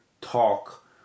talk